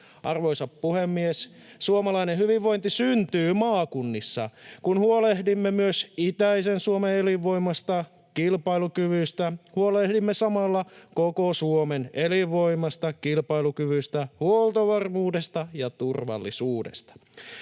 Arvoisa puhemies! Suomalainen hyvinvointi syntyy maakunnissa. Kun huolehdimme myös itäisen Suomen elinvoimasta, kilpailukyvystä, huolehdimme samalla koko Suomen elinvoimasta, kilpailukyvystä, huoltovarmuudesta ja turvallisuudesta.